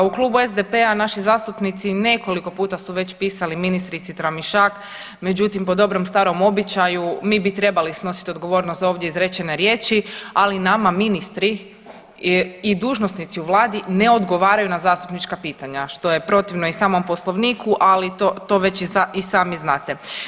U klubu SDP-a naši zastupnici, nekoliko puta su već pisali ministrici Tramišak, međutim, po dobrom starom običaju, mi bi trebali snosit odgovornost za ovdje izrečene riječi, ali nama ministri i dužnosnici u Vladi ne odgovaraju na zastupnička pitanja, što je protivno i samom Poslovniku, ali to već i sami znate.